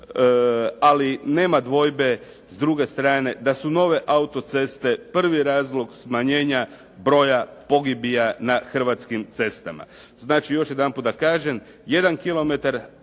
ali nema dvojbe s druge strane da su nove autoceste prvi razlog smanjenja broja pogibija na hrvatskim cestama. Znači, još jedanput da kažem, 1 kilometar